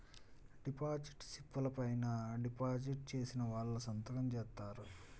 deposit స్లిపుల పైన deposit చేసిన వాళ్ళు సంతకం జేత్తారు